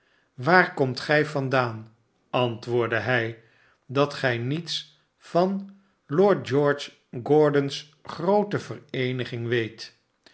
swaar komt gij vandaan antwoordde hij sdat gij niets van lord george gordon's groote vereeniging weet